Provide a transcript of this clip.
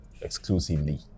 exclusively